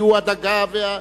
הדגה ועוד,